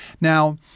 Now